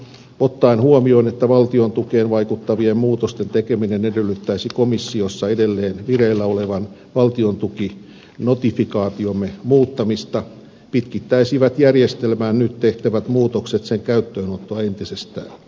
ottaen huomioon että valtiontukeen vaikuttavien muutosten tekeminen edellyttäisi komissiossa edelleen vireillä olevan valtiontukinotifikaatiomme muuttamista pitkittäisivät järjestelmään nyt tehtävät muutokset sen käyttöönottoa entisestään